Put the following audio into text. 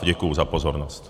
Děkuji za pozornost.